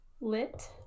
Lit